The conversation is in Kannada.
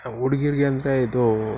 ಹುಡುಗ್ರಿಗೆ ಅಂದರೆ ಇದು